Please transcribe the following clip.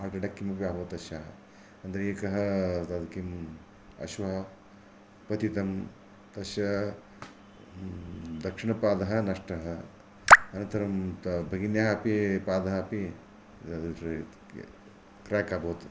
heart attack किमपि अबवत् तश्याः अनन्तरं एकः किं अश्वः पतितं तस्य दक्षिणपादः नष्टः अनन्तरं भ भगिन्याः अपि पादः अपि क्राक् अभवत्